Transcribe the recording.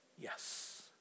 yes